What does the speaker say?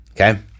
okay